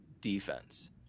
defense